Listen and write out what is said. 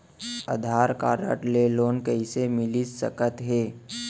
आधार card ले loan कइसे मिलिस सकत हे?